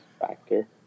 factor